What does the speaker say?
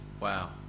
wow